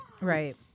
Right